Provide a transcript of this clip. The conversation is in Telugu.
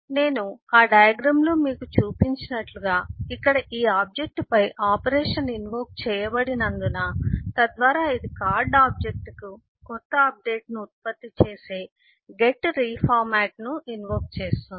నేను ఆ డయాగ్రమ్ లో మీకు చూపించినట్లుగా ఇక్కడ ఈ ఆబ్జెక్ట్పై ఆపరేషన్ ఇన్వోక్ చేయబడినందున తద్వారా ఇది కార్డ్ ఆబ్జెక్ట్కు కొత్త అప్డేట్ ను ఉత్పత్తి చేసే గెట్ రీఫార్మాట్ ను ఇన్వోక్ చేస్తుంది